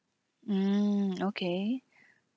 mm okay